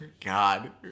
God